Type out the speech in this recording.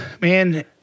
Man